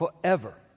forever